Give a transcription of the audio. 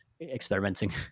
experimenting